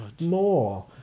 more